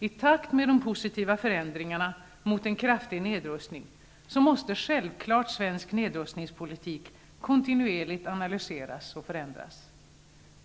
I takt med de positiva förändringarna för en kraftig nedrustning måste självklart svensk nedrustningspolitik kontinuerligt analyseras och förändras.